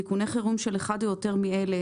"תיקוני חירום של אחד או יותר מאלה".